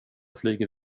flyger